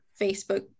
Facebook